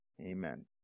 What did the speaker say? Amen